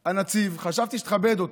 הנציב, וחשבתי שתכבד אותו,